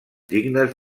dignes